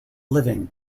living